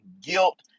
guilt